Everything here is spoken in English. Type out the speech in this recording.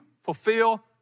fulfill